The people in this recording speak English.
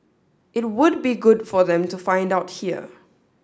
it would be good for them to find out here